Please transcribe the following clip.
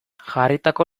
jarritako